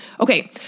Okay